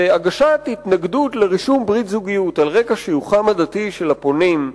והגשת התנגדות לרישום ברית זוגיות על רקע שיוכם הדתי של הפונים,